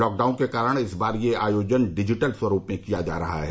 lockdown के कारण इस बार यह आयोजन डिजिटल स्वरूप में किया जा रहा है